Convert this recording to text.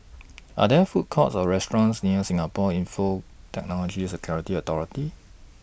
Are There Food Courts Or restaurants near Singapore Infocomm Technology Security Authority